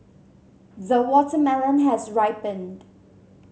the watermelon has ripened